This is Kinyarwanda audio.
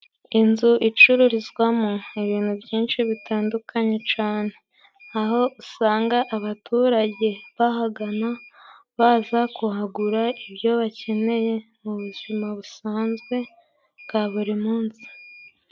Inzu icururizwamo ibintu byinshi bitandukanye cane, aho usanga abaturage bahagana baza kuhagura ibyo bakeneye mu buzima busanzwe bwa buri munsi.